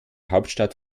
hauptstadt